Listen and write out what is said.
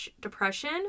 Depression